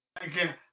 Again